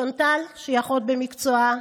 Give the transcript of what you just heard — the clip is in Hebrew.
שונטל, שהיא אחות במקצועה,